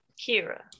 Kira